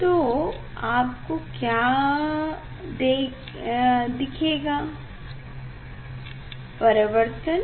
तो आपको क्या देखेगा परावर्तन